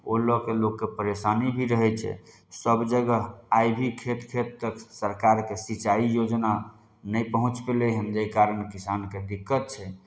ओ लऽ कऽ लोककेँ परेशानी भी रहै छै सभ जगह आइ भी खेत खेत तक सरकारके सिंचाइ योजना नहि पहुँच पयलै हन जाहि कारण यहाँ किसानकेँ दिक्कत छै